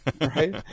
right